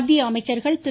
மத்திய அமைச்சர்கள் திரு